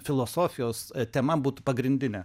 filosofijos tema būtų pagrindinė